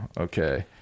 okay